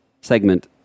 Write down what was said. segment